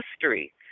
history